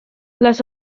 las